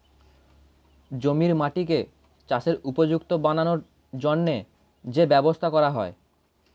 জমির মাটিকে চাষের উপযুক্ত বানানোর জন্যে যে ব্যবস্থা করা হয়